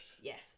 Yes